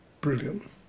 Brilliant